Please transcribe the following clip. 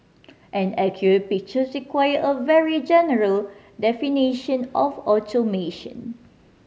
an accurate picture require a very general definition of automation